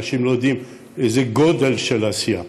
אנשים לא יודעים איזה גודל של עשייה.